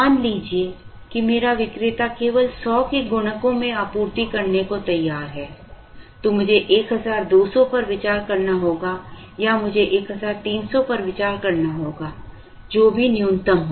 मान लीजिए कि मेरा विक्रेता केवल 100 के गुणकों में आपूर्ति करने को तैयार है तो मुझे 1200 पर विचार करना होगा या मुझे 1300 पर विचार करना होगा जो भी न्यूनतम हो